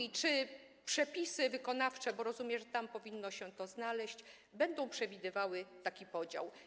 I czy przepisy wykonawcze, bo rozumiem, że tam powinno się to znaleźć, będą przewidywały taki podział?